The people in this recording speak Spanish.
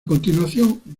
continuación